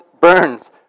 burns